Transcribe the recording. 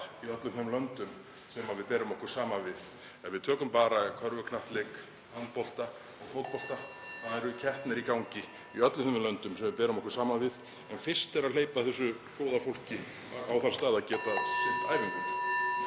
í öllum þeim löndum sem við berum okkur saman við. Ef við tökum bara körfuknattleik, handbolta og fótbolta, (Forseti hringir.) þá eru keppnir í gangi í öllum þeim löndum sem við berum okkur saman við. En fyrst er að hleypa þessu góða fólki á þann stað að (Forseti hringir.)